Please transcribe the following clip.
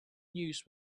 news